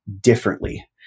differently